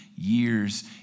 Years